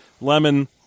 lemon